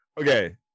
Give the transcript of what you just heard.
Okay